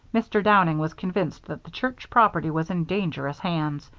mr. downing was convinced that the church property was in dangerous hands.